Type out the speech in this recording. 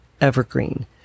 Evergreen